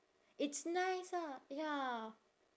it's nice ah ya